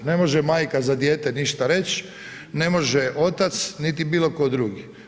Ne može majka za dijete ništa reći, ne može otac niti bilo tko drugi.